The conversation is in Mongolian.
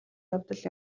явдал